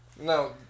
no